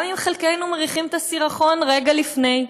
גם אם חלקנו מריחים את הסירחון רגע לפני.